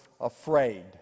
afraid